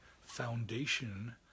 foundation